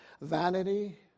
Vanity